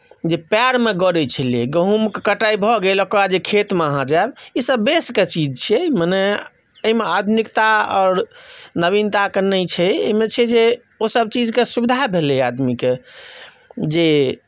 जे पएरमे गरैत छलै गहूँमके कटाइ भऽ गेल आ ओकर बाद जे खेतमे अहाँ जायब ईसभ बेसके चीज छियै मने ओहिमे आधुनिकता आओर नवीनताक नहि छै एहिमे छै जे ओसभ चीजके सुविधा भेलै आदमीके जे